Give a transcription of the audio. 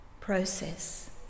process